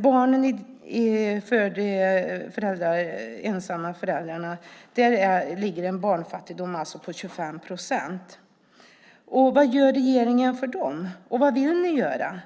Hos barn till de ensamma föräldrarna är fattigdomen 25 procent. Vad gör regeringen för dem? Vad vill ni göra?